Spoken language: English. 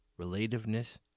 Relativeness